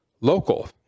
local